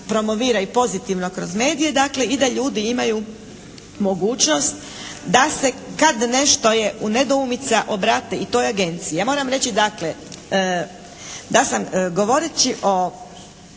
promovira i pozitivno kroz medije dakle i da ljudi imaju mogućnost da se kad nešto je u nedoumica obrate i toj agenciji. Ja moram reći dakle da sam govoreći o